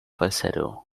falsetto